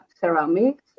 Ceramics